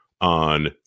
on